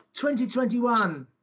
2021